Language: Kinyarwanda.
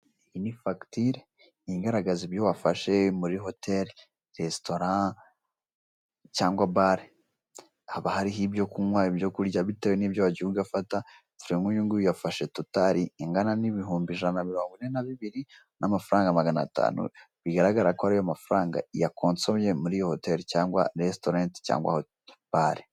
Iyi ni fagitire igaragaza ibyo wafashe muri hoteri, resitora cyangwa bare. Haba hariho ibyo kunywa n'ibyo kurya bitewe nibyo wagiye ugafata, dore nkuyu nguye yafashe totari ingana n'ibihumbi ijana na mirongo ine na bibiri n'amafaranga magana atatu, bigaragara ko ariyo mafaranga yakosomye muri iyo hoteri, cyangwa resitoreti, cyangwa bare.